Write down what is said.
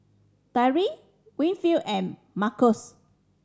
Tyree Winfield and Markus